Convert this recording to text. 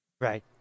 right